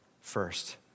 first